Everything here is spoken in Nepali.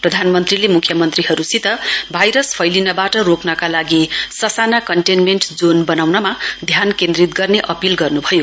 प्रधानमन्त्रीले मुख्यमन्त्रीहरुसित भाइरस फैलिनवाट रोक्नका लागि ससाना कन्टेन्मेण्ट जोन बनाउनमा ध्यान केन्द्रीत गर्ने अपील गर्न्भयो